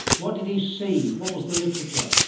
what did he see? what was the literature?